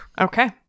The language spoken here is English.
Okay